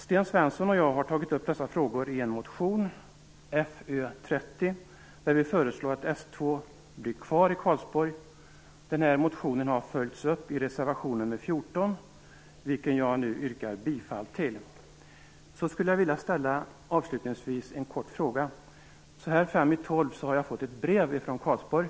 Sten Svensson och jag har tagit upp dessa frågor i motion Fö30, där vi säger att vi vill att S 2 får vara kvar i Karlsborg. Motionen har följts upp i reservation nr 14, vilken jag yrkar bifall till. Avslutningsvis skulle jag helt kort vilja ställa en fråga. Nu, fem i tolv så att säga, har jag fått ett brev från Karlsborg.